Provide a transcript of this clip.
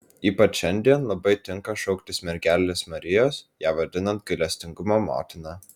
ypač šiandien labai tinka šauktis mergelės marijos ją vadinant gailestingumo motina